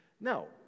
No